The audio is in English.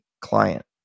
client